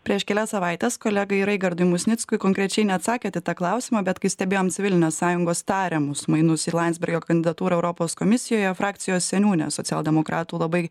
prieš kelias savaites kolegai raigardui musnickui konkrečiai neatsakėt į tą klausimą bet kai stebėjom civilinės sąjungos tariamus mainus ir landsbergio kandidatūrą europos komisijoje frakcijos seniūnė socialdemokratų labai